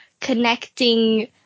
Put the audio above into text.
connecting